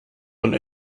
und